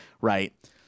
right